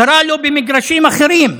קרה לו במגרשים אחרים.